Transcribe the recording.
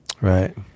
Right